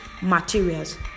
materials